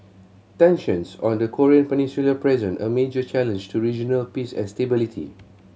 tensions on the Korean Peninsula present a major challenge to regional peace and stability